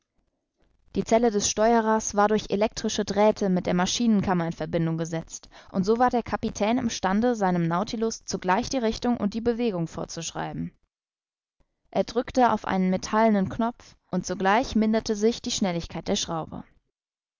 die zelle des steuerers war durch elektrische drähte mit der maschinenkammer in verbindung gesetzt und so war der kapitän im stande seinem nautilus zugleich die richtung und die bewegung vorzuschreiben er drückte auf einen metallenen knopf und sogleich minderte sich die schnelligkeit der schraube